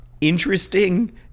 interesting